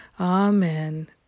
Amen